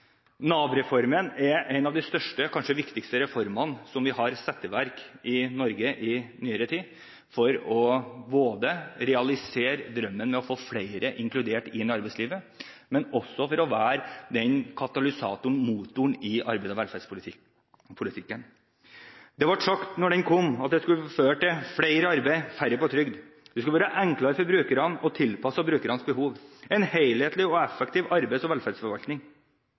Nav-reformen er en av de største og kanskje viktigste reformene som vi har iverksatt i Norge i nyere tid for å realisere drømmen om å få flere inkludert i arbeidslivet, men også for å være katalysatoren og motoren i arbeids- og velferdspolitikken. Det ble sagt da den kom, at den skulle føre til flere i arbeid og færre på trygd, det skulle være enklere for brukerne å tilpasse sine behov en helhetlig og effektiv arbeids- og velferdsforvaltning.